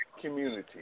community